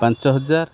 ପାଞ୍ଚ ହଜାର